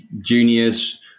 juniors